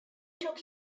took